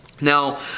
now